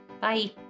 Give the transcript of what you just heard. Bye